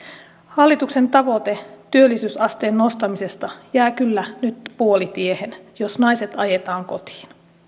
hallituksen tavoite työllisyysasteen nostamisesta jää kyllä nyt puolitiehen jos naiset ajetaan kotiin